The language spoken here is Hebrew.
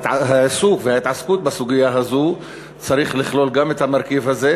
העיסוק וההתעסקות בסוגיה הזאת צריך לכלול גם את המרכיב הזה,